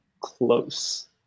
close